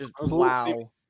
Wow